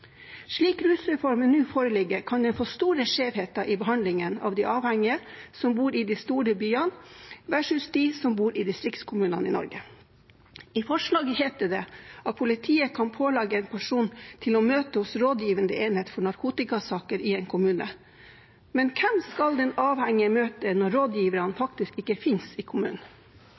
Slik rusreformen nå foreligger, kan en få store skjevheter i behandlingen av de avhengige som bor i de store byene versus de som bor i distriktskommunene i Norge. I forslaget heter det at politiet «kan pålegge en person å møte hos rådgivende enhet for narkotikasaker i kommunen». Men hvem skal den avhengige møte når rådgiverne faktisk ikke finnes i kommunen?